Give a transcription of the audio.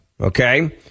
okay